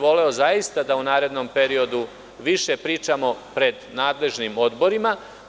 Voleo bih da u narednom periodu više pričamo na nadležnim odborima.